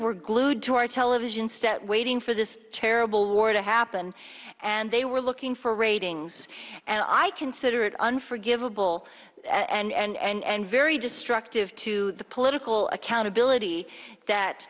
were glued to our television stat waiting for this terrible war to happen and they were looking for ratings and i consider it an forgivable and very destructive to the political accountability that